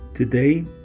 Today